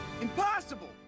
Impossible